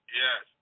yes